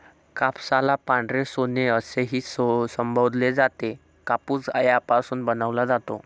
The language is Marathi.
कापसाला पांढरे सोने असेही संबोधले जाते, कापूस यापासून बनवला जातो